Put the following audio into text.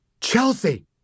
Chelsea